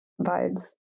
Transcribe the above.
vibes